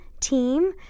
team